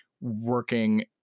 working